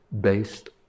based